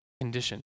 condition